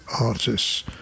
artists